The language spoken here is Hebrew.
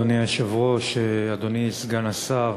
אדוני היושב-ראש, אדוני סגן השר,